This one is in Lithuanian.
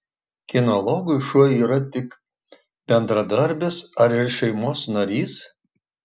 kinologui šuo yra tik bendradarbis ar ir šeimos narys